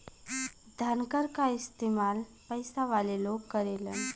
धनकर क इस्तेमाल पइसा वाले लोग करेलन